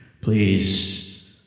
Please